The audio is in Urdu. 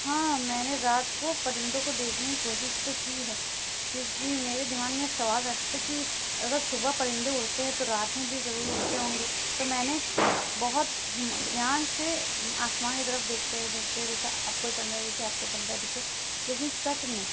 ہاں میں نے رات کو پرندوں کو دیکھنے کی کوشش تو کی ہے کیونکہ میرے دماغ میں سوال رہتا تھا کہ اگر صبح پرندے اڑتے ہیں تو رات میں بھی ضرور اڑتے ہوں گے تو میں نے بہت دھیان سے آسمان کی طرف دیکھتے دیکھتے دیکھا اب کوئی پرندہ دکھے اب کوئی پرندہ دکھے لیکن سچ میں